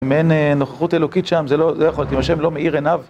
אם אין נוכחות אלוקית שם זה לא יכול להיות. אם השם לא מאיר עיניו...